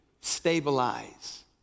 stabilize